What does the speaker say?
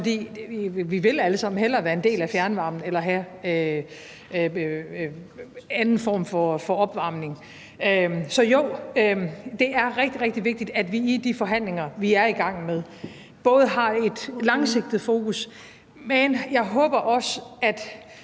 vi alle sammen hellere vil være en del af fjernvarmen eller have en anden form for opvarmning. Så jo, det er rigtig, rigtig vigtigt, at vi i de forhandlinger, vi er i gang med, har et langsigtet fokus. Men jeg håber også, at